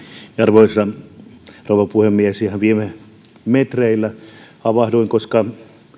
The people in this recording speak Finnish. arvoisa rouva puhemies ihan viime metreillä havahduin koska